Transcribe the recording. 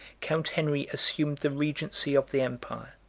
count henry assumed the regency of the empire,